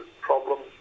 problems